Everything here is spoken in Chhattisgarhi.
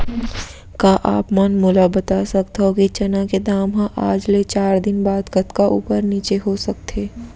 का आप मन मोला बता सकथव कि चना के दाम हा आज ले चार दिन बाद कतका ऊपर नीचे हो सकथे?